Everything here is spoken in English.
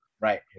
Right